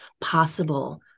possible